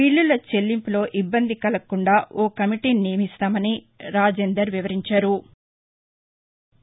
బిల్లుల చెల్లింపులో ఇబ్బంది కలగకుండా ఓ కమిటీని నియమిస్తామని రాజేందర్ తెలిపారు